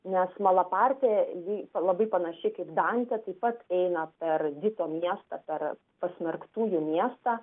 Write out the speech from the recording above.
nes malapartė jį labai panašiai kaip dantė taip pat eina per dito miestą per pasmerktųjų miestą